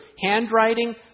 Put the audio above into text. Handwriting